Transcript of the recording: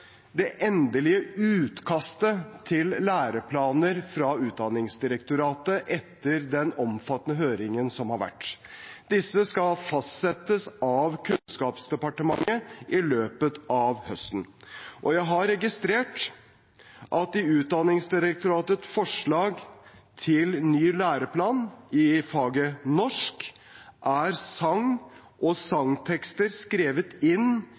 det endelige utkastet til læreplaner fra Utdanningsdirektoratet etter den omfattende høringen som har vært. Disse skal fastsettes av Kunnskapsdepartementet i løpet av høsten. Jeg har registrert at i Utdanningsdirektoratets forslag til ny læreplan i faget norsk er sang og sangtekster skrevet inn